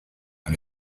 and